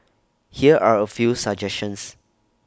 here are A few suggestions